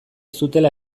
zutela